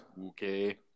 Okay